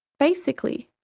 basically,